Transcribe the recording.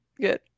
Good